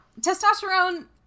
testosterone